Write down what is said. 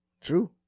True